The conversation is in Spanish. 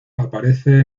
aparece